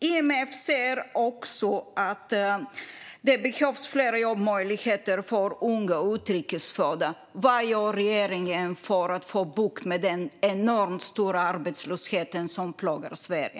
IMF säger också att det behövs fler jobbmöjligheter för unga utrikesfödda. Vad gör regeringen för att få bukt med den enormt stora arbetslöshet som plågar Sverige?